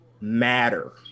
matter